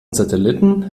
satelliten